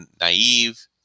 naive